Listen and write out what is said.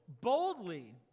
boldly